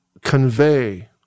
convey